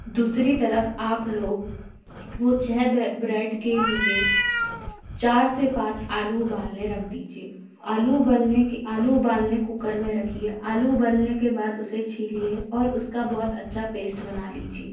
दूसरी तरफ़ आप लोग वो छः ब्रेड के लिए चार से पाँच आलू उबालने रख दीजिए आलू उबलने के आलू उबालने कुकर में रखिए आलू उबलने के बाद उसे छीलिए और उसका बहुत अच्छा पेस्ट बना लीजिए